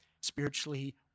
spiritually